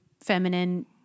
feminine